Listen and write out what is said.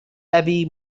أبي